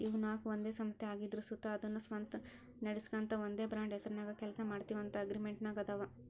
ಇವು ನಾಕು ಒಂದೇ ಸಂಸ್ಥೆ ಆಗಿದ್ರು ಸುತ ಅದುನ್ನ ಸ್ವಂತ ನಡಿಸ್ಗಾಂತ ಒಂದೇ ಬ್ರಾಂಡ್ ಹೆಸರ್ನಾಗ ಕೆಲ್ಸ ಮಾಡ್ತೀವಂತ ಅಗ್ರಿಮೆಂಟಿನಾಗಾದವ